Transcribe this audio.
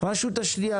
רשות שנייה,